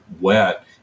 wet